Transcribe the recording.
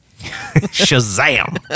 shazam